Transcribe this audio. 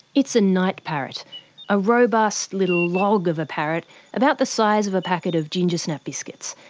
it's a night parrot a robust little log of a parrot about the size of a packet of ginger snap biscuits.